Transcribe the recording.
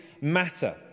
matter